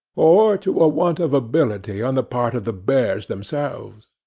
or to a want of ability on the part of the bears themselves?